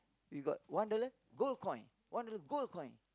we got one dollar gold coin one dollar gold coin